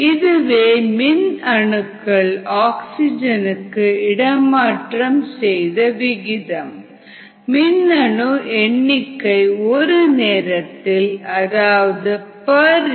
இதுவே மின் அணுக்கள் ஆக்ஸிஜனுக்கு இடமாற்றம் செய்த விகிதம் மின்னணு எண்ணிக்கை ஒரு நேரத்தில் அதாவது பர் யூனிட் டைம்